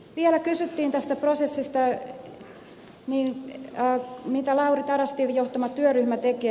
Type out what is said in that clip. vielä kysyttiin tästä prosessista siitä mitä lauri tarastin johtama työryhmä tekee